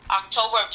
october